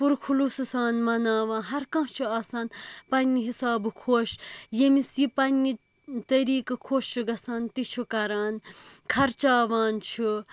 پُر خُلوصہٕ سان مناوان ہَر کانٛہہ چھُ آسان پَننہِ حسابہٕ خۄش ییٚمِس یہِ پَننہِ طٔریٖقہٕ خۄش چھُ گژھان تہِ چھُ کران خَرچاوان چھُ